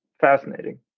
fascinating